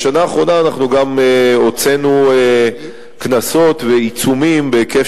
בשנה האחרונה אנחנו גם הוצאנו קנסות ועיצומים בהיקף